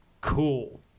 Cool